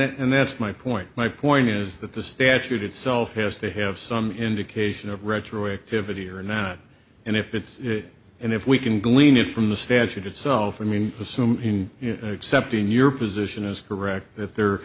that and that's my point my point is that the statute itself has to have some indication of retroactivity or not and if it's and if we can glean it from the statute itself i mean assume except in your position is correct that there